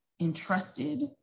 entrusted